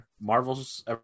Marvel's